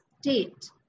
state